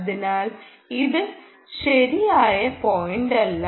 അതിനാൽ അത് ശരിയായ പോയിന്റല്ല